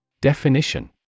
Definition